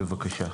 בבקשה.